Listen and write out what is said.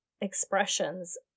expressions